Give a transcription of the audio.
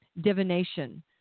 divination